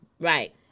Right